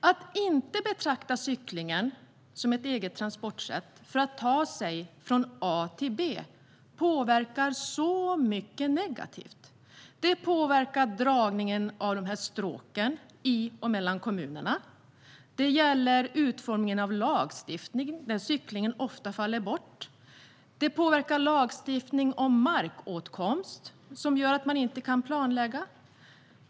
Att inte betrakta cykling som ett eget transportsätt för att ta sig från A till B påverkar så mycket negativt. Det påverkar dragningen av stråken i och mellan kommunerna. Det gäller utformningen av lagstiftning, där cykling ofta faller bort. Det påverkar lagstiftning om markåtkomst som gör att man inte kan planlägga.